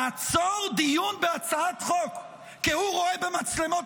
לעצור דיון בהצעת חוק כי הוא רואה במצלמות